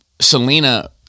Selena